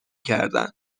کردن